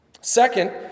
Second